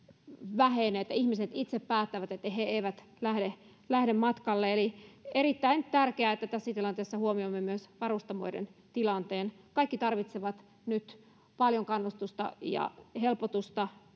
vähenee niin että ihmiset itse päättävät että he eivät lähde lähde matkalle eli on erittäin tärkeää että tässä tilanteessa huomioimme myös varustamoiden tilanteen kaikki tarvitsevat nyt paljon kannustusta ja helpotusta